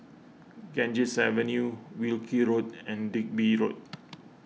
Ganges Avenue Wilkie Road and Digby Road